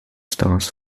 stars